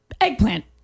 Eggplant